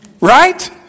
Right